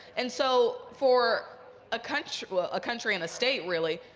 and so for a country a country and a state, really,